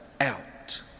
out